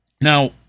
Now